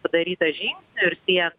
padaryta žingsnių ir tie